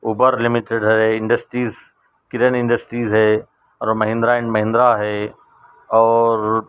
Uber limited ہے industries Karan industries ہے اور مہندرا اینڈ مہندرا ہے اور